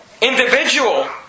individual